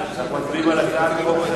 אנחנו מצביעים על הצעת חוק